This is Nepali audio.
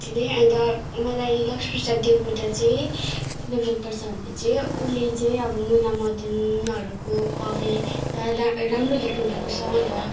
त्यति नै अन्त मलाई लक्ष्मीप्रसाद देवकोटा चाहिँ किन मनपर्छ भने चाहिँ उनले चाहिँ अब मुनामदनहरूको कविता दा राम्रो लेख्नुभएको छ अन्त